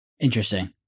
Interesting